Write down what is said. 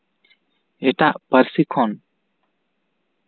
ᱮᱴᱟᱜ ᱯᱟᱹᱨᱥᱤ ᱠᱷᱚᱱ